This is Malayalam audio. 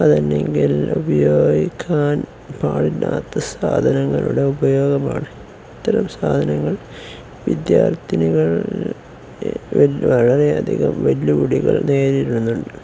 ഉപയോഗിക്കാൻ പാടില്ലാത്ത സാധനങ്ങളുടെ ഉപയോഗമാണ് ഇത്തരം സാധനങ്ങൾ വിദ്യാർഥിനികൾ വളരെയധികം വെല്ലുവിളികൾ നേരിടുന്നുണ്ട്